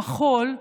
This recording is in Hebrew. המחול,